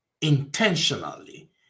intentionally